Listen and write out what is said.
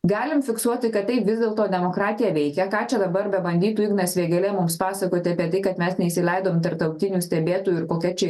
galim fiksuoti kad taip vis dėlto demokratija veikia ką čia dabar bebandytų ignas vėgėlė mums pasakoti apie tai kad mes neįsileidom tarptautinių stebėtojų ir kokia čia